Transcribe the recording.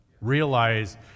Realize